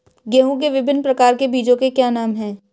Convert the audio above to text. गेहूँ के विभिन्न प्रकार के बीजों के क्या नाम हैं?